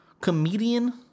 comedian